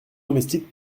domestique